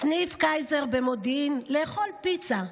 סניף קייזר במודיעין, לאכול פיצה,